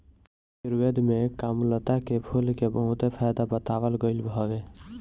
आयुर्वेद में कामलता के फूल के बहुते फायदा बतावल गईल हवे